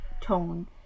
tone